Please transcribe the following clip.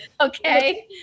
Okay